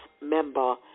member